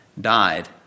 died